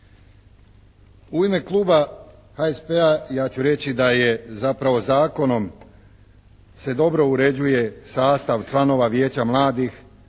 U ime kluba HSP-a ja ću reći da je zapravo zakonom se dobro uređuje sastav članova Vijeća mladih na